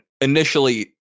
initially